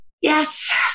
Yes